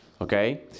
okay